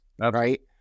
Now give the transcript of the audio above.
right